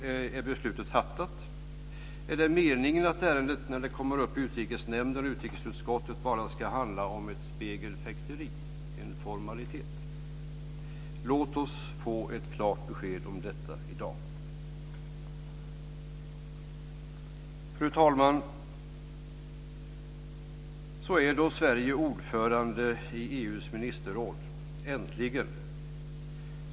Är beslutet fattat? Är det meningen att ärendet när det kommer upp i Utrikesnämnden och utrikesutskottet bara ska handla om ett spegelfäkteri, en formalitet? Låt oss få ett klart besked om detta i dag. Fru talman! Så är då Sverige ordförande i EU:s ministerråd. Äntligen!